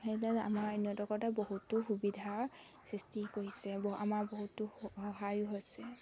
সেইদৰে আমাৰ নেটৱৰ্কতে বহুতো সুবিধাৰ সৃষ্টি কৰিছে আমাৰ বহুতো সহায়ো হৈছে